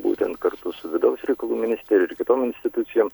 būtent kartu su vidaus reikalų ministerija ir kitom institucijom